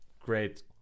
great